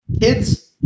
Kids